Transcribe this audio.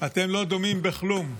אתם לא דומים בכלום.